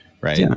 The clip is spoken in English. Right